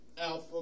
Alpha